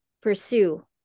pursue